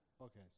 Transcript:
Okay